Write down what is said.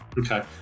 okay